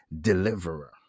deliverer